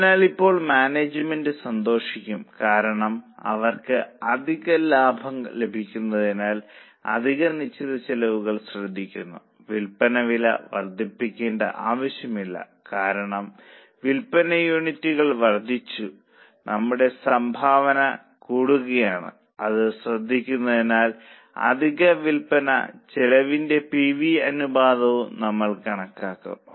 അതിനാൽ ഇപ്പോൾ മാനേജ്മെന്റ് സന്തോഷിക്കും കാരണം അവർക്ക് അധിക ലാഭം ലഭിക്കുന്നതിനാൽ അധിക നിശ്ചിത ചെലവുകൾ ശ്രദ്ധിക്കുന്നു വിൽപ്പന വില വർദ്ധിപ്പിക്കേണ്ട ആവശ്യമില്ല കാരണം വിൽപ്പന യൂണിറ്റുകൾ വർദ്ധിച്ചു നമ്മളുടെ സംഭാവന കൂടുതലാണ് അത് ശ്രദ്ധിക്കുന്നതിനാൽ അധിക വില്പന ചെലവിന്റെ പി വി അനുപാതവും നമ്മൾ കണക്കാക്കും